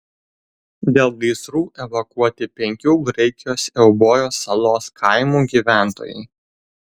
dėl gaisrų evakuoti penkių graikijos eubojos salos kaimų gyventojai